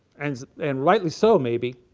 and and rightly so maybe,